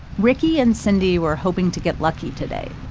ricky and cindy were hoping to get lucky today.